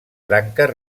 branques